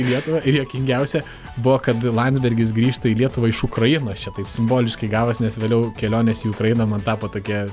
į lietuvą ir juokingiausia buvo kad landsbergis grįžta į lietuvą iš ukrainos čia taip simboliškai gavos nes vėliau kelionės į ukrainą man tapo tokia